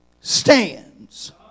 stands